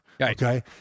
Okay